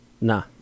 Nah